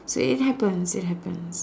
so it happens it happens